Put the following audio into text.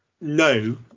no